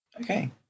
Okay